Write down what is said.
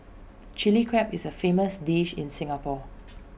Chilli Crab is A famous dish in Singapore